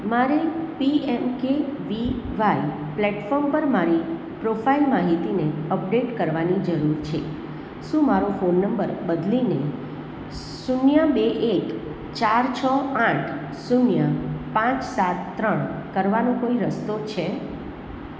મારે PMKVY platform પર મારી પ્રોફાઇલ માહિતીને અપડેટ કરવાની જરૂર છે શું મારો ફોન નંબર બદલીને શૂન્ય બે એક ચાર છ આઠ શૂન્ય પાંચ સાત ત્રણ કરવાનો કોઈ રસ્તો છે